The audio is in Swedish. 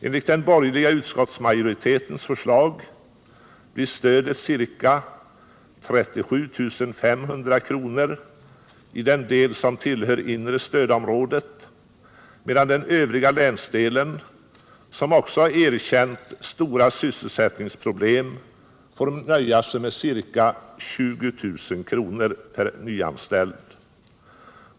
Enligt den borgerliga utskottsmajoritetens förslag blir stödet ca 37 500 kr. i den del som tillhör inre stödområdet medan den övriga länsdelen, som också har erkänt stora sysselsättningsproblem, får nöja sig med ca 20 000 kr. per nyanställd.